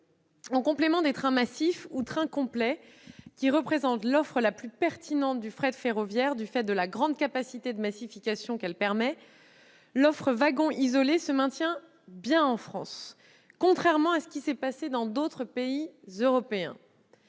en complément des trains massifs ou trains complets qui représentent l'offre la plus pertinente du fret ferroviaire du fait de la grande capacité de massification qu'elle permet, l'offre dite « wagons isolés » se maintient bien en France. Contrairement à ce qui s'est passé dans d'autres pays européens,